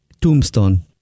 Tombstone